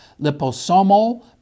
liposomal